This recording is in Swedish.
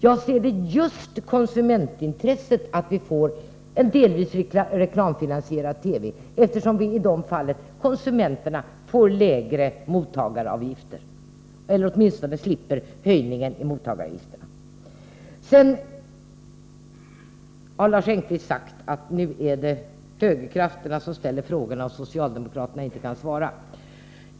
Jag ser det som ett konsumentintresse att vi får en delvis reklamfinansierad TV, eftersom konsumenterna i så fall åtminstone slipper höjningen av mottagaravgifterna. Lars Engqvist har sagt att det nu är högerkrafterna som ställer frågorna och socialdemokraterna som inte kan svara.